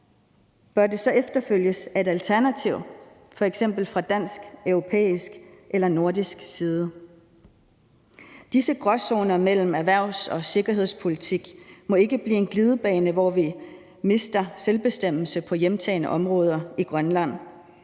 bør det så efterfølges af et alternativ f.eks. fra dansk, europæisk eller nordisk side? Disse gråzoner mellem erhvervs- og sikkerhedspolitik må ikke blive en glidebane, så vi mister selvbestemmelse på hjemtagne områder i Grønland.